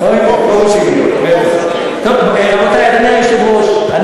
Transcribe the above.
אדוני היושב-ראש,